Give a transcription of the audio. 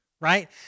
right